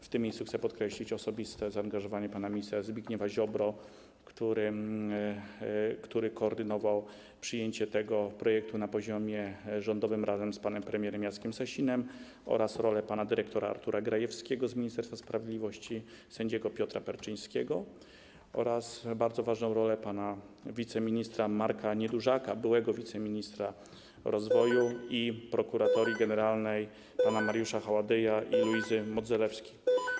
W tym miejscu chcę podkreślić osobiste zaangażowanie pana ministra Zbigniewa Ziobry, który koordynował przyjęcie tego projektu na poziomie rządowym razem z panem premierem Jackiem Sasinem, oraz rolę pana dyrektora Artura Grajewskiego z Ministerstwa Sprawiedliwości, sędziego Piotra Perczyńskiego, a także bardzo ważną rolę pana wiceministra Marka Niedużaka, byłego wiceministra rozwoju i prezesa Prokuratorii Generalnej pana Mariusza Haładyja oraz Luizy Modzelewskiej.